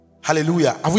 Hallelujah